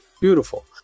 beautiful